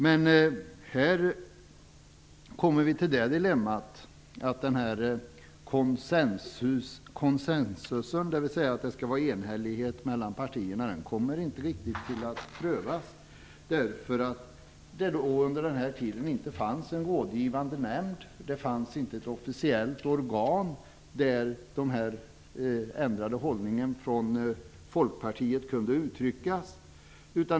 Men här är dilemmat att konsensusen inte prövades riktigt, eftersom det under den här tiden inte fanns någon rådgivande nämnd, inget officiellt organ där Folkpartiets ändrade hållning kunde uttryckas.